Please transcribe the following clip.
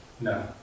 no